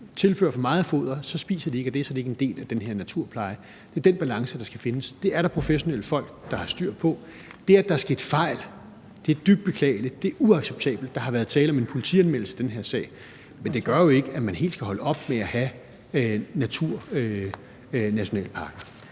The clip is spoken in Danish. tilfører for meget foder, spiser de ikke af det, og så er de ikke en del af den her naturpleje. Det er den balance, der skal findes. Det er der professionelle folk der har styr på. Det, at der er sket fejl, er dybt beklageligt; det er uacceptabelt. Der har været tale om en politianmeldelse i den her sag. Men det gør jo ikke, at man helt skal holde op med at have naturnationalparker.